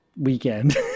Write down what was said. weekend